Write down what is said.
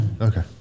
Okay